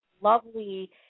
lovely